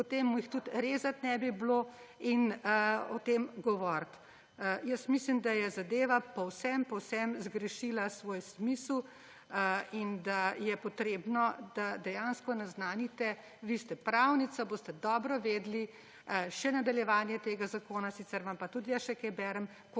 potem mu jih tudi rezati ne bi bilo treba in o tem govoriti. Jaz mislim, da je zadeva povsem zgrešila svoj smisel in da je potrebno, da dejansko naznanite, vi ste pravica, boste dobro vedeli še nadaljevanje tega zakona, sicer vam pa tudi jaz še kaj berem,